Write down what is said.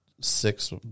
six